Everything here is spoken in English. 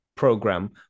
program